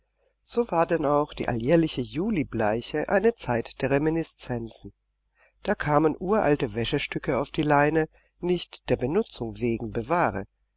so war denn auch die alljährliche julibleiche eine zeit der reminiszenzen da kamen uralte wäschestücke auf die leine nicht der benutzung wegen bewahre